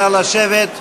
נא לשבת.